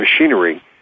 machinery